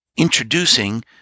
introducing